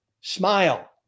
smile